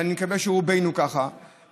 ואני מקווה שרובנו ככה,